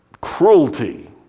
cruelty